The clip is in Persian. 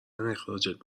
اخراجت